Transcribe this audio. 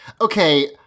Okay